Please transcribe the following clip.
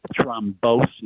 thrombosis